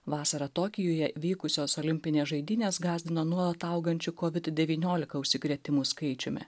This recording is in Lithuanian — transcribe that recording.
vasarą tokijuje vykusios olimpinės žaidynės gąsdino nuolat augančiu kovid devyniolika užsikrėtimų skaičiumi